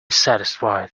satisfied